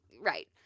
right